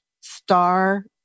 star